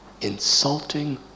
insulting